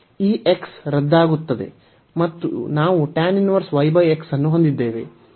ಈ x ರದ್ದಾಗುತ್ತದೆ ಮತ್ತು ನಾವು ಅನ್ನು ಹೊಂದಿದ್ದೇವೆ ಅದು 0 ರಿಂದ a ಆಗಿರುತ್ತದೆ